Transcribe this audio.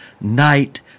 Night